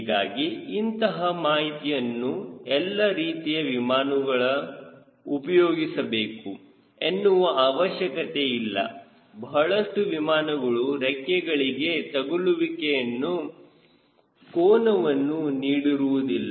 ಹೀಗಾಗಿ ಇಂತಹ ಮಾಹಿತಿಯನ್ನು ಎಲ್ಲ ರೀತಿಯ ವಿಮಾನಗಳು ಉಪಯೋಗಿಸಬೇಕು ಎನ್ನುವ ಅವಶ್ಯಕತೆ ಇಲ್ಲ ಬಹಳಷ್ಟು ವಿಮಾನಗಳು ರೆಕ್ಕೆಗಳಿಗೆ ತಗುಲುವಿಕೆಯ ಕೋನವನ್ನು ನೀಡಿರುವುದಿಲ್ಲ